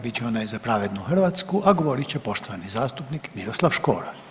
bit će onaj Za pravednu Hrvatsku, a govorit će poštovani zastupnik Miroslav Škoro.